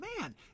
man